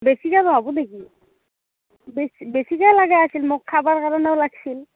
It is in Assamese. বেছিকৈ নহ'ব নেকি বেছ বেছিকৈ লগা আছিল মোক খাবৰ কাৰণেও লাগছিল